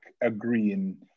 agreeing